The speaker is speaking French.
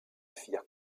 firent